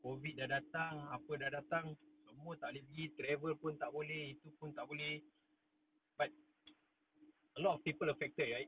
COVID dah datang apa dah datang semua tak boleh pergi travel pun tak boleh itu pun tak boleh but a lot of people affected right